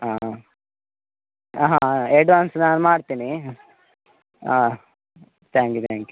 ಹಾಂ ಹಾಂ ಎಡ್ವಾನ್ಸ್ ನಾನು ಮಾಡ್ತೇನೆ ಹಾಂ ತ್ಯಾಂಕ್ ಯು ತ್ಯಾಂಕ್ ಯು